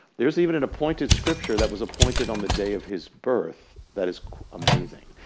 there's even an appointed scripture that was appointed on the day of his birth that is amazing.